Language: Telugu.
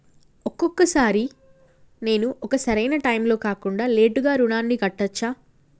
ఒక్కొక సారి నేను ఒక సరైనా టైంలో కాకుండా లేటుగా రుణాన్ని కట్టచ్చా?